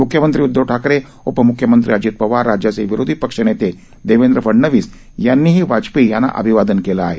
म्ख्यमंत्री उद्धव ठाकरे उपमुख्यमंत्री अजित पवार राज्याचे विरोधी पक्षनेते देवेंद्र फडणवीस यांनीही वाजपेयी यांना अभिवादन केलं आहे